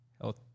health